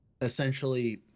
essentially